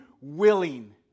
willing